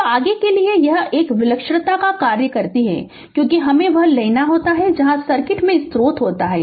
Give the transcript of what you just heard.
तो आगे के लिए यह है कि एक विलक्षणता कार्य करती है क्योंकि हमें वह लेना होता है जहां सर्किट में स्रोत होता है